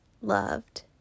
loved